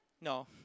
No